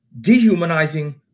dehumanizing